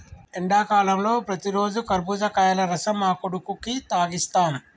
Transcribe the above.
ఎండాకాలంలో ప్రతిరోజు కర్బుజకాయల రసం మా కొడుకుకి తాగిస్తాం